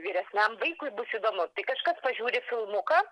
vyresniam vaikui bus įdomu tai kažkas pažiūri filmuką